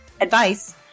advice